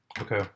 Okay